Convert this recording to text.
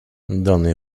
данные